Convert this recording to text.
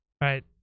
Right